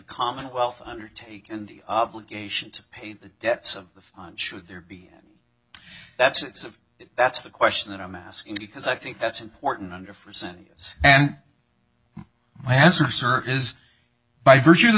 commonwealth undertaken the obligation to pay the debts of the fund should there be that's that's the question that i'm asking because i think that's important under for centuries and my answer sir is by virtue of the